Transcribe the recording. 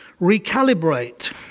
recalibrate